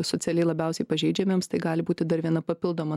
socialiai labiausiai pažeidžiamiems tai gali būti dar viena papildoma